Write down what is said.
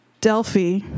Delphi